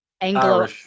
Anglo